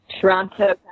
Toronto